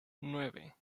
nueve